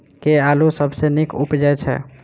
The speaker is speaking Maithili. केँ आलु सबसँ नीक उबजय छै?